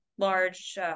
large